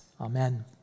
Amen